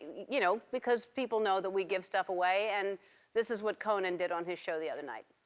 you know, because people know that we give stuff away, and this is what conan did on his show the other night.